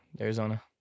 Arizona